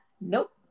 nope